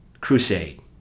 crusade